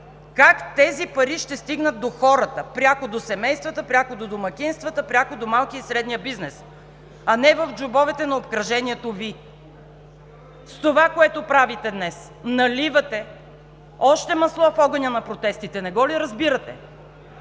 как тези пари ще стигнат до хората – пряко до семействата, пряко до домакинствата, пряко до малкия и средния бизнес, а не в джобовете на обкръжението Ви. С това, което правите днес, наливате още масло в огъня на протестите. Не го ли разбирате?!